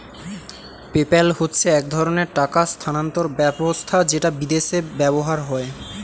PayPal হচ্ছে এক ধরণের টাকা স্থানান্তর ব্যবস্থা যেটা বিদেশে ব্যবহার হয়